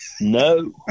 no